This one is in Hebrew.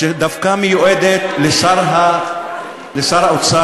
שדווקא מיועדת לשר האוצר,